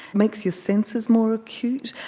makes your senses more acute.